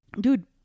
dude